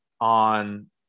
on –